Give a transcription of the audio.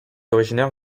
originaire